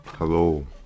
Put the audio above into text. Hello